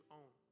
own